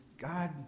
God